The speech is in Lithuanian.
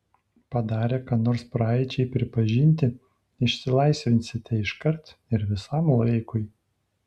padarę ką nors praeičiai pripažinti išsilaisvinsite iškart ir visam laikui